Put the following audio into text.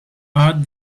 add